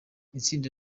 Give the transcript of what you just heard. itsinda